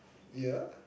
yeah